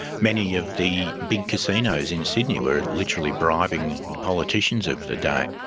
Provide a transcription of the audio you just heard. many of the big casinos in sydney were literally bribing politicians of the day.